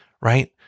right